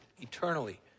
eternally